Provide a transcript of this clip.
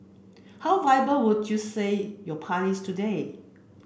how viable would you say your party is today